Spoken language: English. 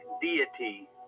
deity